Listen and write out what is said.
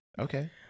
okay